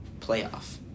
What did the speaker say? playoff